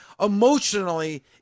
emotionally